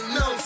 no